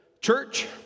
Church